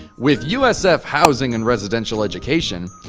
with usf housing and residential education,